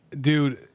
Dude